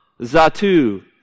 Zatu